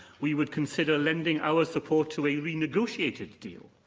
we would consider lending our support to a renegotiated deal,